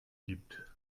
gibt